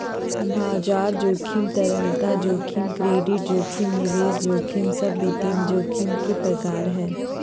बाजार जोखिम, तरलता जोखिम, क्रेडिट जोखिम, निवेश जोखिम सब वित्तीय जोखिम के प्रकार हय